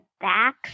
back